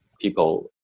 people